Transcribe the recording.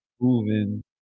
moving